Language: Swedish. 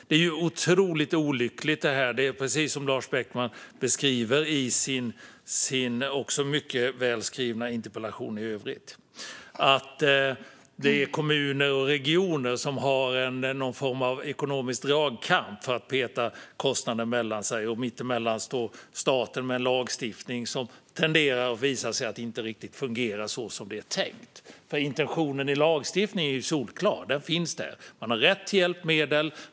Det är otroligt olyckligt, precis som Lars Beckman beskriver i sin också i övrigt mycket välskrivna interpellation, att det är kommuner och regioner som har någon form av ekonomisk dragkamp för att peta kostnaden mellan sig - och att staten står mitt emellan dem med en lagstiftning som tenderar att inte fungera riktigt så som det är tänkt. Intentionen i lagstiftningen är solklar: Man har rätt till hjälpmedel.